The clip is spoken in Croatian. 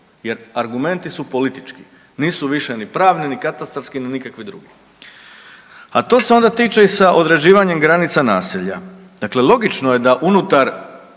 jer argumenti su politički, nisu više ni pravni ni katastarski ni nikakvi drugi. A to se onda tiče i sa određivanjem granica naselja. Dakle, logično je da unutar